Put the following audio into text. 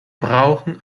brauchen